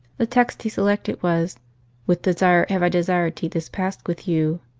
the text he selected was with desire have i desired to eat this pasch with you.